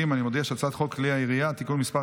חוק כלי הירייה (תיקון מס'